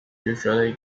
usually